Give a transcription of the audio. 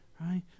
right